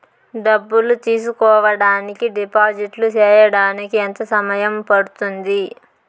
డబ్బులు తీసుకోడానికి డిపాజిట్లు సేయడానికి ఎంత సమయం పడ్తుంది